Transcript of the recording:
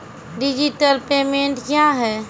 Digital payment क्या हैं?